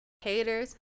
haters